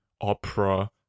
opera